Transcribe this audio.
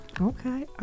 Okay